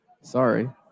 Sorry